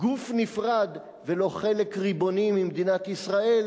גוף נפרד ולא חלק ריבוני ממדינת ישראל,